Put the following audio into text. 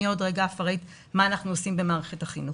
אני עוד רגע אפרט מה אנחנו עושים במערכת החינוך.